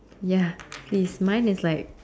ya please mine is like